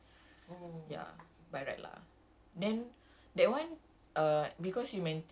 like and then like each five ada like segment ah then you cannot mix